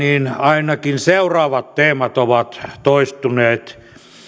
ainakin seuraavat teemat ovat toistuneet